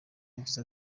yagize